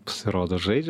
pasirodo žaidžia